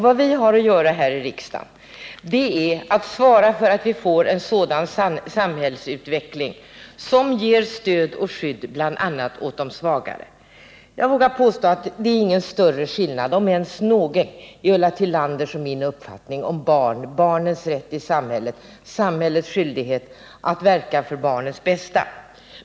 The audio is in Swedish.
Vad vi har att göra här i riksdagen är att svara för att vi får en samhällsutveckling, som ger stöd och skydd åt bl.a. de svagare. Jag vågar påstå att det inte är någon större skillnad, om ens någon, mellan Ulla Tillanders och min uppfattning om barnens rätt i samhället och samhällets skyldighet att verka för barnens bästa.